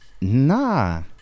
Nah